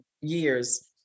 years